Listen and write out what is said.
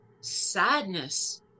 sadness